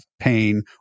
pain